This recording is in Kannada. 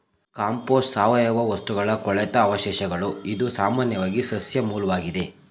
ಕಾಂಪೋಸ್ಟ್ ಸಾವಯವ ವಸ್ತುಗಳ ಕೊಳೆತ ಅವಶೇಷಗಳು ಇದು ಸಾಮಾನ್ಯವಾಗಿ ಸಸ್ಯ ಮೂಲ್ವಾಗಿದೆ